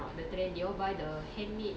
ya ya ya I got see